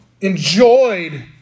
enjoyed